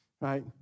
right